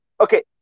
Okay